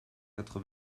quatre